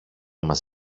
μας